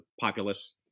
populace